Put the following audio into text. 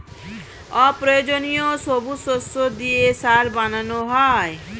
অপ্রয়োজনীয় সবুজ শস্য দিয়ে সার বানানো হয়